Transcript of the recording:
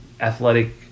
athletic